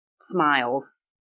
Smiles